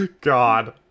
God